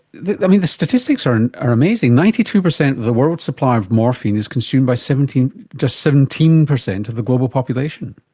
the the statistics are and are amazing, ninety two percent of the world's supply of morphine is consumed by just seventeen percent of the global population.